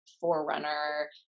Forerunner